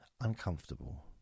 uncomfortable